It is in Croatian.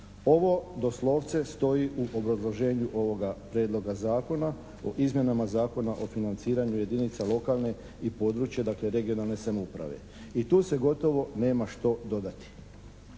Ovo doslovce stoji u obrazloženju ovoga prijedloga zakona u izmjenama Zakona o financiranju jedinica lokalne i područne, dakle regionalne samouprave i tu se gotovo nema što dodati.